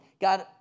God